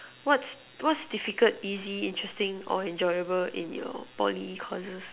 what's what's difficult easy interesting or enjoyable in your Poly courses